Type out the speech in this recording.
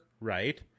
right